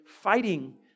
fighting